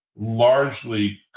largely